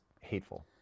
hateful